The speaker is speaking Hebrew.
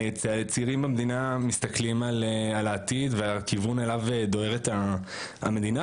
צעירים במדינה מסתכלים על העתיד ועל הכיוון אליו דוהרת המדינה,